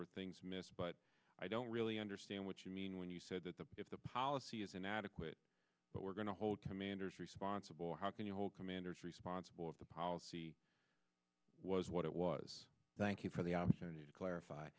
were things missed but i don't really understand what you mean when you said that the if the policy is inadequate but we're going to hold commanders responsible how can you hold commanders responsible if the policy was what it was thank you for the opportunity to clarify